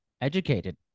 educated